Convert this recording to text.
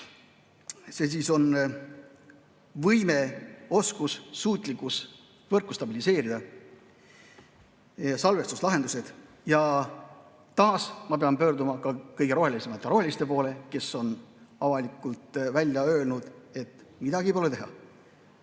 See siis on võime, oskus, suutlikkus võrku stabiliseerida, ja salvestuslahendused. Taas ma pean pöörduma ka kõige rohelisemate roheliste poole, kes on avalikult välja öelnud, et midagi pole teha,